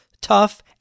tough